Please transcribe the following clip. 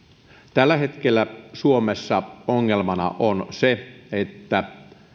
tällä hetkellä suomessa ongelmana on se että